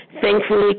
thankfully